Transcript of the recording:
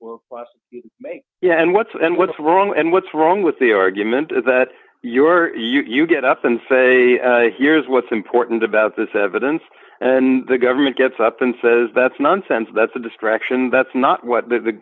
well yeah and what's and what's wrong and what's wrong with the argument is that you are you get up and say here's what's important about this evidence and then the government gets up and says that's nonsense that's a distraction that's not what the